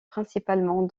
principalement